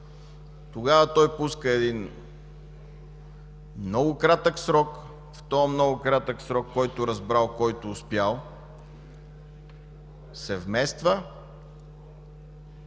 Тогава той пуска един много кратък срок. В този много кратък срок – който разбрал, който успял, се вмества,